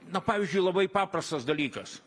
na pavyzdžiui labai paprastas dalykas